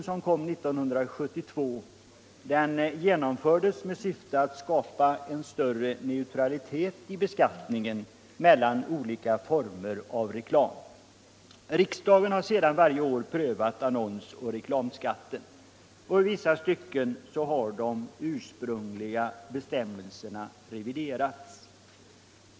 som kom 1972, genomfördes med syfte att skapa större neutralitet i beskattningen mellan olika former av reklam. Riksdagen har sedan varje år prövat annons och reklamskatten. I vissa stycken har de ursprungliga bestäramelserna reviderats.